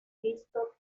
christoph